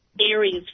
areas